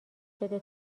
بده